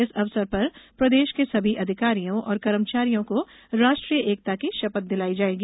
इस अवसर पर प्रदेश के सभी अधिकारियों और कर्मचारियों को राष्ट्रीय एकता की शपथ दिलाई जाएगी